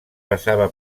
basava